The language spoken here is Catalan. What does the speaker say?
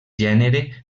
gènere